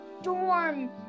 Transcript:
storm